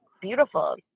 beautiful